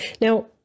now